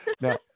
now